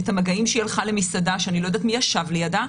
את המגעים שהיא הלכה למסעדה שאני לא יודעת מי ישב לידה.